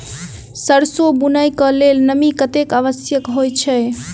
सैरसो बुनय कऽ लेल नमी कतेक आवश्यक होइ छै?